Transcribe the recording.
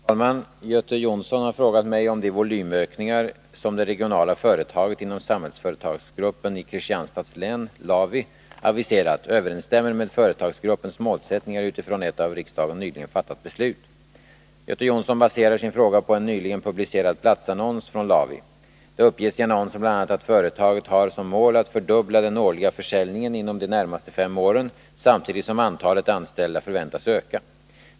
Herr talman! Göte Jonsson har frågat mig om de volymökningar som det regionala företaget inom Samhällsföretagsgruppen i Kristianstads län — LAVI — aviserat, överensstämmer med företagsgruppens målsättningar utifrån ett av riksdagen nyligen fattat beslut. Göte Jonsson baserar sin fråga på en nyligen publicerad platsannons från LAVI. Det uppges i annonsen bl.a. att företaget har som mål att fördubbla den årliga försäljningen inom de närmaste fem åren, samtidigt som antalet anställda förväntas öka.